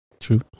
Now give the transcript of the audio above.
true